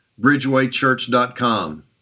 bridgewaychurch.com